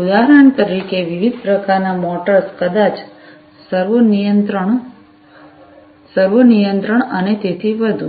ઉદાહરણ તરીકે વિવિધ પ્રકારનાં મોટર્સ કદાચ સર્વો નિયંત્રણ સર્વો નિયંત્રણ અને તેથી વધુ